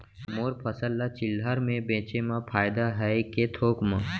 मोर फसल ल चिल्हर में बेचे म फायदा है के थोक म?